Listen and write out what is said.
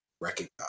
recognize